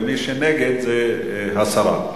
מי שנגד, זה הסרה.